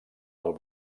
del